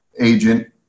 agent